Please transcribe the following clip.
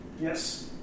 Yes